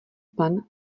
plen